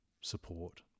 support